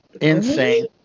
Insane